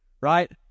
right